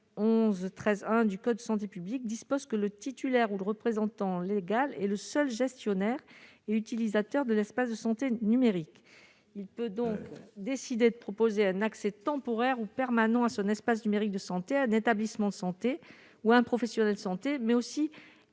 11 13 1 du code de santé publique dispose que le titulaire ou le représentant légal et le seul gestionnaire et utilisateurs de l'espace de santé numérique, il peut donc décidé de proposer un accès temporaire ou permanent à son espace numérique de santé un établissement santé ou un professionnel de santé mais aussi